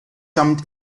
summed